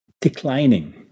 declining